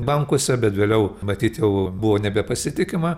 bankuose bet vėliau matyt jau buvo nebepasitikima